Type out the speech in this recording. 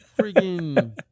freaking